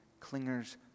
clingers